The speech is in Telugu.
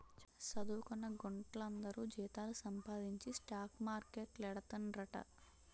చదువుకొన్న గుంట్లందరూ జీతాలు సంపాదించి స్టాక్ మార్కెట్లేడతండ్రట